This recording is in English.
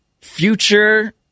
future